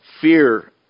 fear